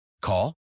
Call